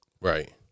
Right